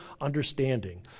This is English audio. understanding